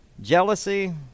jealousy